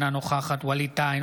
אינה נוכחת ווליד טאהא,